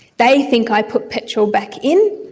they think i put petrol back in,